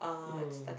mm